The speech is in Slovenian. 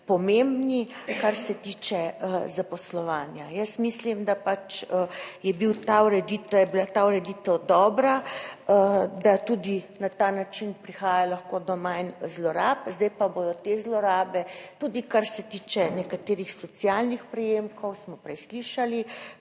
pomembni, kar se tiče zaposlovanja. Jaz mislim, da pač je bila ta ureditev dobra, da tudi na ta način prihaja lahko do manj zlorab, zdaj pa bodo te zlorabe, tudi kar se tiče nekaterih socialnih prejemkov smo prej slišali